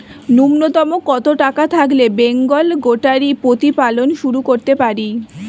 নূন্যতম কত টাকা থাকলে বেঙ্গল গোটারি প্রতিপালন শুরু করতে পারি?